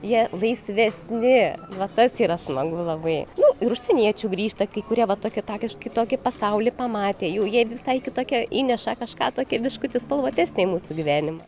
jie laisvesni va tas yra smagu labai nu ir užsieniečių grįžta kai kurie va tokie tą kiš kitokį pasaulį pamatė jau jie visai kitokią įneša kažką tokį biškutį spalvotesnį į mūsų gyvenimą